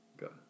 Got